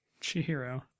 Chihiro